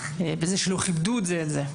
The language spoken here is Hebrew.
בזה שלא כיבדו זה את זה,